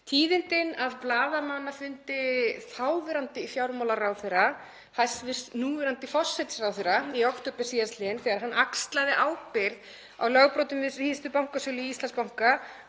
Tíðindin af blaðamannafundi þáverandi fjármálaráðherra, hæstv. núverandi forsætisráðherra, í október síðastliðnum þegar hann axlaði ábyrgð á lögbrotum við síðustu bankasölu Íslandsbanka,